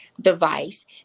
device